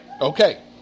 Okay